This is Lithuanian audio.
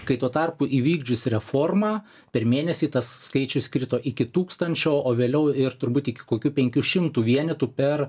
kai tuo tarpu įvykdžius reformą per mėnesį tas skaičius krito iki tūkstančio o vėliau ir turbūt iki kokių penkių šimtų vienetų per